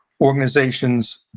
organizations